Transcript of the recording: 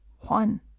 one